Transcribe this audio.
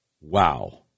wow